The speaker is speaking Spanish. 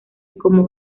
como